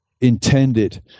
intended